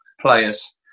players